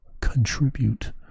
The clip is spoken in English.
contribute